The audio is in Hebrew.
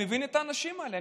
אני מבין את האנשים האלה,